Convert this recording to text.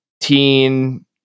teen